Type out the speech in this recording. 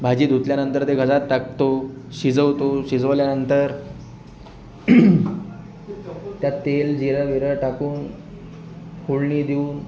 भाजी धुतल्यानंतर ते गजात टाकतो शिजवतो शिजवल्यानंतर त्यात तेल जिरं बिरं टाकून फोडणी देऊन